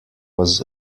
was